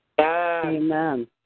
Amen